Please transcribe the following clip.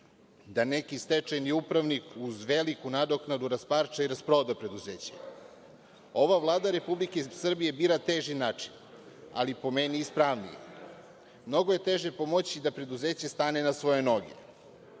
da neki stečajni upravnik uz veliku nadoknadu rasparča i rasproda preduzeće. Ova Vlada Republike Srbije bira teži način, ali po meni ispravniji. Mnogo je teže pomoći da preduzeće stane na svoje noge.